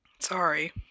Sorry